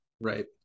Right